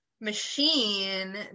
machine